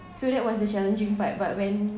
so that was the challenging part but when